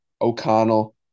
O'Connell